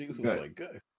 Good